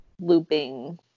looping